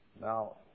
Now